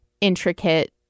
intricate